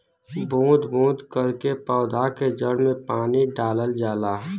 बूंद बूंद करके पौधा के जड़ में पानी डालल जाला